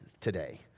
today